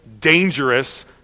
Dangerous